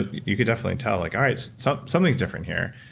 ah you could definitely tell, like all right, so something's different here.